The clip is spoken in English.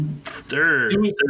Third